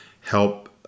help